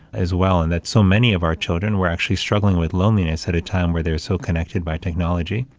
as well and that so many of our children were actually struggling with loneliness at a time where they're so connected by technology.